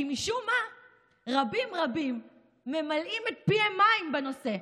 כי משום מה רבים רבים ממלאים את פיהם מים בנושא,